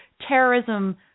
terrorism